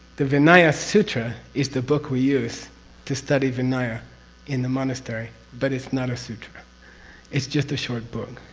the vinaya sutra is the book we use to study vinaya in the monastery, but it's not a sutra it's just a short book.